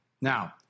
Now